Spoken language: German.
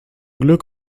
glück